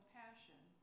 passion